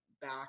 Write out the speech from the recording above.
back